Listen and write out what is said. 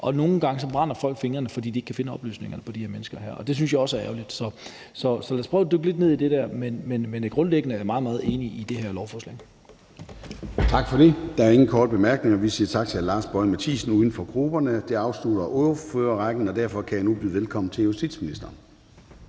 og nogle gange brænder folk fingrene, fordi de ikke kan finde oplysningerne om de her mennesker, og det synes jeg også er ærgerligt. Så lad os prøve at dykke lidt ned i det der. Men grundlæggende er jeg meget, meget enig i det her lovforslag. Kl. 15:18 Formanden (Søren Gade): Tak for det. Der er ingen korte bemærkninger. Vi siger tak til hr. Lars Boje Mathiesen, uden for grupperne. Det afslutter ordførerrækken, og derfor kan jeg nu byde velkommen til justitsministeren.